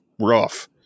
rough